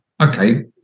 okay